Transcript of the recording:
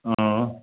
अँ